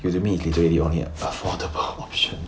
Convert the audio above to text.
'cause you meet the daily on yet affordable option